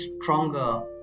stronger